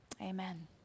Amen